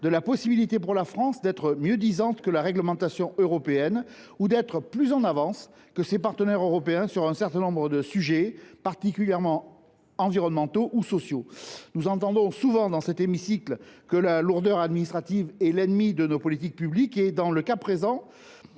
la possibilité pour la France d’être mieux disante que la réglementation européenne ou d’être plus en avance que ses partenaires européens sur certains sujets, particulièrement environnementaux ou sociaux. Nous entendons souvent dans cet hémicycle que la lourdeur administrative est l’ennemie de nos politiques publiques et, en l’occurrence,